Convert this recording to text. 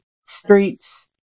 streets